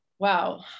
Wow